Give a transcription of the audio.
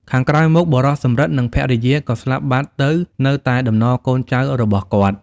ខាងក្រោយមក បុរសសំរិទ្ធ និង ភរិយា ក៏ស្លាប់បាត់ទៅនៅតែតំណកូនចៅរបស់គាត់ ។